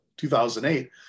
2008